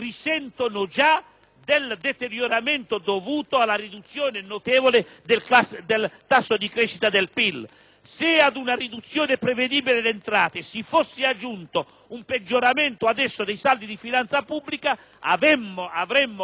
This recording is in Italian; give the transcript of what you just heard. del deterioramento dovuto alla riduzione notevole del tasso di crescita del PIL. Se ad una riduzione prevedibile delle entrate si fosse aggiunto un peggioramento dei saldi di finanza pubblica, avremmo nuovamente